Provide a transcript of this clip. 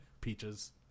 Peaches